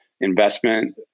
investment